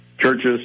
Churches